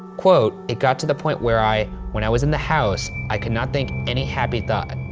quote, it got to the point where i, when i was in the house, i could not think any happy thought.